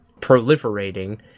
proliferating